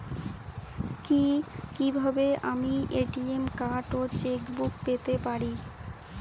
কি কিভাবে আমি এ.টি.এম কার্ড ও চেক বুক পেতে পারি?